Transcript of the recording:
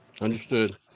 understood